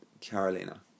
Carolina